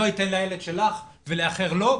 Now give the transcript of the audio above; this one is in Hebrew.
לא אתן לילד שלך ולאחר לא,